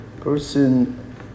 Person